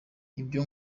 ibyo